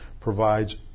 provides